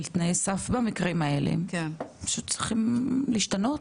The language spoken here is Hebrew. תנאי סף במקרים האלה שצריכים להשתנות.